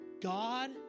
God